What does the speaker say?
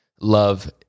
love